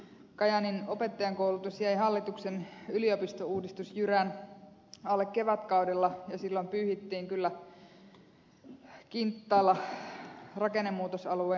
kajaanin opettajankoulutus jäi hallituksen yliopistouudistusjyrän alle kevätkaudella ja silloin pyyhittiin kyllä kintaalla rakennemuutosalueen korkeakoulutusta